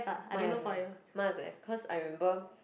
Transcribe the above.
mine also have mine also have because I remember